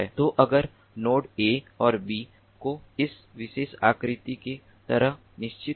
तो अगर nodes A और बी को इस विशेष आकृति की तरह निश्चित है